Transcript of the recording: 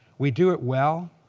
we do it well.